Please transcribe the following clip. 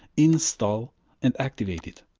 install and activate it.